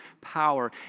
power